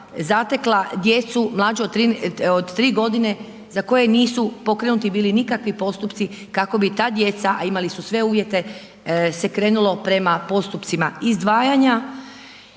zatekla djecu mlađu 3 g. za koje nisu pokrenuti bili nikakvi postupci kako bi ta djeca a imali su sve uvjete se krenulo prema postupcima izdvajanja